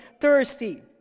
thirsty